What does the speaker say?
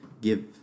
give